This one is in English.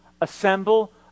assemble